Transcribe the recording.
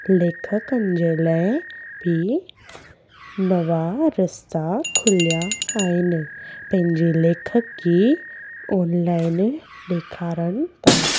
लेखकनि जे लाइ बि नवा रस्ता खुलिया आहिनि पंहिंजे लेखिकी ऑनलाइन ॾेखारनि था